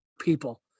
people